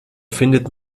findet